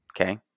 Okay